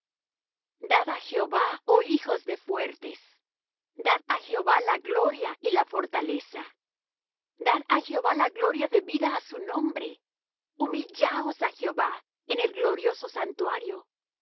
á jehová oh hijos de fuertes dad á jehová la gloria y la fortaleza dad á jehová la gloria debida á su nombre humillaos á jehová en el glorioso santuario